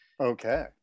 Okay